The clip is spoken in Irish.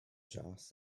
deas